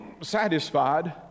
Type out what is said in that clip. satisfied